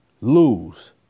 lose